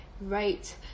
right